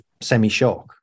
semi-shock